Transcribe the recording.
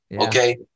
Okay